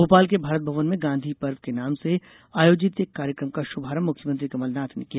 भोपाल के भारत भवन में गांधी पर्व के नाम से आयोजित एक कार्यक्रम का शुभारम्भ मुख्यमंत्री कमलनाथ ने किया